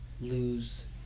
lose